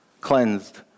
cleansed